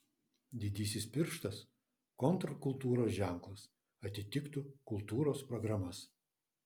didysis pirštas kontrkultūros ženklas atitiktų kultūros programas